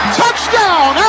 touchdown